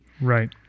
right